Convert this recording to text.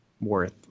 worth